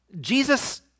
Jesus